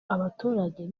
abaturage